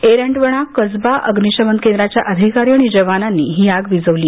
एरंडवणा कसबा अग्नीशमन केंद्राच्या अधिकारी आणि जवानांनी ही आग विझवली